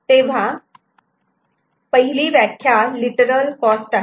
तेव्हा पहिली व्याख्या लिटरल कॉस्ट आहे